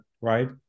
right